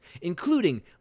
including